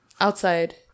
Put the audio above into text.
Outside